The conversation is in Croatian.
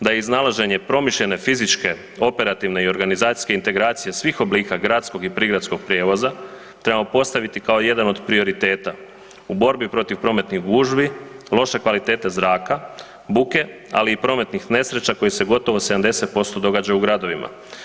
da iznalaženje promišljene fizičke operativne i organizacijske integracije svih oblika gradskog i prigradskog prijevoza trebamo postaviti kao jedan od prioriteta u borbi protiv prometnih gužvi, loše kvalitete zraka, buke, ali i prometnih nesreća koje se gotovo 70% događa u gradovima.